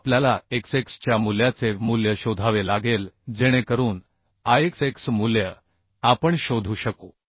आता आपल्याला Ixxच्या मूल्याचे मूल्य शोधावे लागेल जेणेकरून आयएक्सएक्स मूल्य आपण शोधू शकू